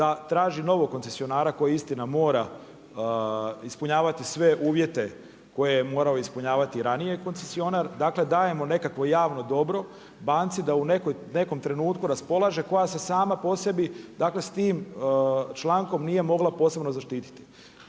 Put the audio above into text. da traži novog koncesionara koji istina, mora ispunjavati sve uvijete koje je morao ispunjavati i ranije koncesionar, dakle dajemo nekakvo javno dobro banci da u nekom trenutku raspolaže, koja se sama po sebi s tim člankom nije mogla posebno zaštiti.